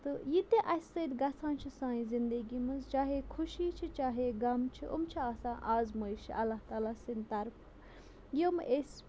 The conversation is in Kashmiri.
تہٕ یہِ تہِ اَسہِ سۭتۍ گَژھان چھِ سانہِ زِندگی منٛز چاہے خوشی چھِ چاہے غم چھِ یِم چھِ آسان آزمٲیش اللہ تعالیٰ سٕنٛدۍ طرفہٕ یِم أسۍ